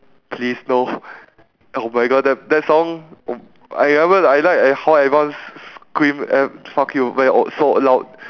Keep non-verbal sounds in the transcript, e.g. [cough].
please no oh my god that that song [noise] I never I like like how everyone s~ scream and fuck you when it was so loud